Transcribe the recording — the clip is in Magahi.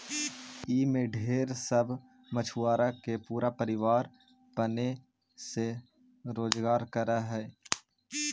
ई में ढेर सब मछुआरा के पूरा परिवार पने से रोजकार कर हई